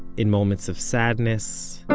in moments of sadness